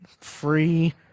free